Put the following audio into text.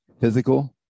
physical